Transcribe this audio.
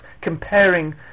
comparing